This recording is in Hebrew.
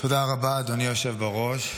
תודה רבה, אדוני היושב-ראש.